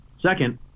Second